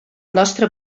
nostre